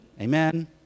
Amen